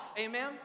Amen